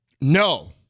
No